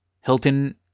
Hilton